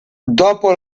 dopo